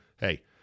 Hey